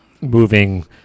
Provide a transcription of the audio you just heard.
moving